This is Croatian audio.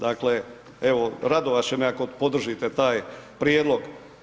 Dakle, evo radovat će me ako podržite taj prijedlog.